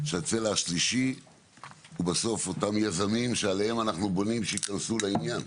שאלה אותם יזמים שעליהם אנחנו בונים שייכנסו לעניין,